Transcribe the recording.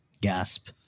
Gasp